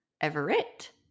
Everett